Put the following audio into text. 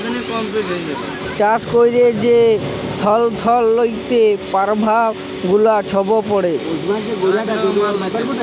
চাষ ক্যইরে যে অথ্থলৈতিক পরভাব গুলা ছব পড়ে